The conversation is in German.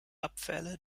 abfälle